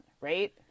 right